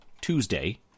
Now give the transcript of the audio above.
Tuesday